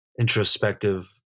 introspective